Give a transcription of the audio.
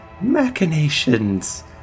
machinations